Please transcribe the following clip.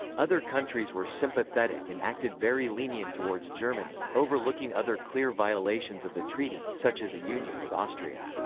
other countries were sympathetic and acted very lenient towards germany, overlooking other clear violations of the treaty, such as a union with austria.